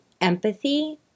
empathy